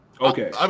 Okay